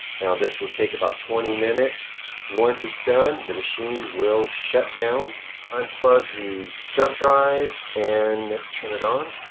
now this will take about twenty minutes once it's done the machine will shut down unplug the jump drive and let's turn it on